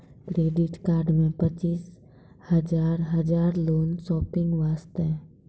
Credit card मे पचीस हजार हजार लोन शॉपिंग वस्ते?